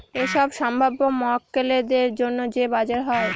এইসব সম্ভাব্য মক্কেলদের জন্য যে বাজার হয়